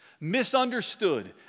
Misunderstood